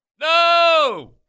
No